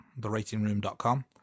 theratingroom.com